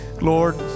Lord